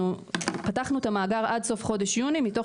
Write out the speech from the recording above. אנחנו פתחנו את המאגר עד סוף חודש יוני מתוך